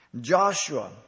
Joshua